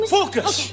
Focus